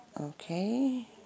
Okay